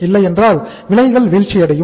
இல்லையென்றால் விலைகள் வீழ்ச்சியடையும்